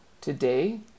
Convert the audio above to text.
Today